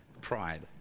pride